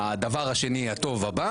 הדבר הטוב הבא